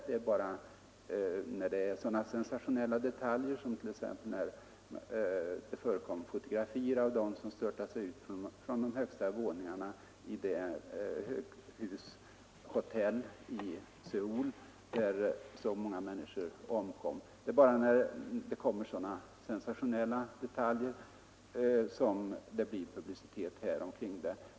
Det är bara när det gäller sådana sensationella detaljer som när det t.ex. förekom fotografier av dem som störtade sig ut från de högsta våningarna i det höghushotell som brann i Söul och där så många människor omkom som det blir publicitet i vårt land omkring dessa svåra bränder.